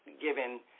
given